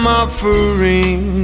offering